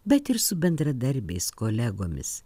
bet ir su bendradarbiais kolegomis